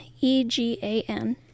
E-G-A-N